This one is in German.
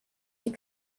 die